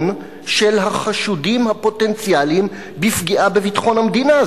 של החשודים הפוטנציאליים בפגיעה בביטחון המדינה.